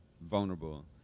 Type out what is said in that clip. vulnerable